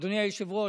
אדוני היושב-ראש,